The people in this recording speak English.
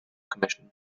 commission